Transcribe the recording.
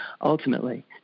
ultimately